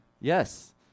Yes